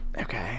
Okay